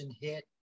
hit